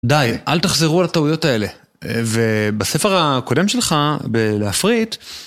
די, אל תחזרו על הטעויות האלה. ובספר הקודם שלך, להפריד...